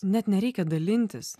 net nereikia dalintis